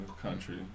country